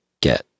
get